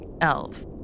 elf